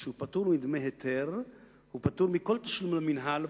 כשהוא פטור מדמי היתר ומכל תשלום למינהל,